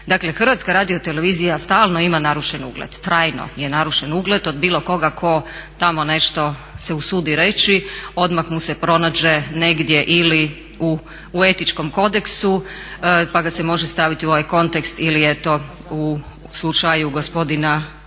Dakle, Hrvatska radiotelevizija stalno ima narušen ugled, trajno je narušen ugled od bilo koga tko tamo nešto se usudi reći odmah mu se pronađe negdje ili u Etičkom kodeksu, pa ga se može staviti u ovaj kontekst ili je to u slučaju gospodina Rajkovića